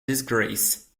disgrace